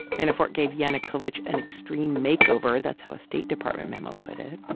manafort gave yanukovych an extreme makeover that's how a state department memo put it.